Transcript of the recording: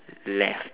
left